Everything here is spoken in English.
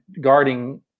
guarding